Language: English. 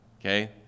okay